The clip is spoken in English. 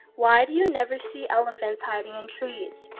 why do you never see elephants hiding in trees?